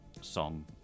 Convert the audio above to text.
song